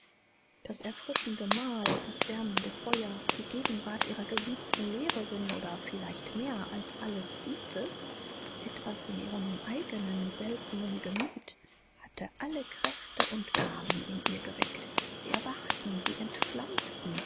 das erfrischende mahl das wärmende feuer die gegenwart ihrer geliebten lehrerin oder vielleicht mehr als alles dieses etwas in ihrem eigenen seltenen gemüt hatte alle kräfte und gaben in ihr geweckt sie erwachten sie entflammten